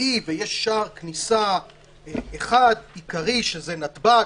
אי ויש שער כניסה אחד עיקרי שזה נתב"ג,